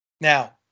Now